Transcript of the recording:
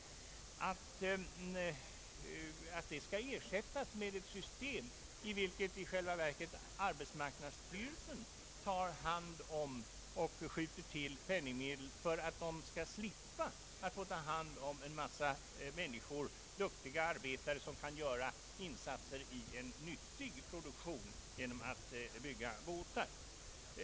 Menar herr Wickman verkligen att man i stället bör införa ett system enligt vilket arbetsmarknadsstyrelsen skjuter till penningmedel för att den skall slippa att ta hand om en mängd duktiga arbetare, som på varven kan göra nyttiga insatser i produktionen genom att tillverka fartyg?